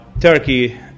turkey